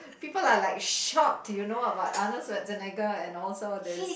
people are like shocked to you know about Arnold-Schwarzenegger and also this